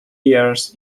years